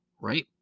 right